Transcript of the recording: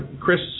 Chris